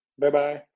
Bye-bye